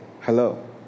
hello